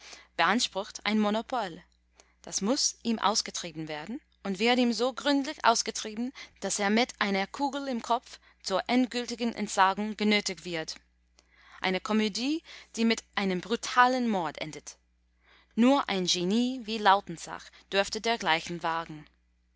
beansprucht ein monopol das muß ihm ausgetrieben werden und wird ihm so gründlich ausgetrieben daß er mit einer kugel im kopf zur endgültigen entsagung genötigt wird eine komödie die mit einem brutalen mord endet nur ein genie wie lautensack durfte dergleichen wagen